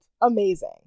Amazing